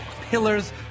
pillars